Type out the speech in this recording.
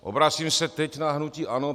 Obracím se teď na hnutí ANO.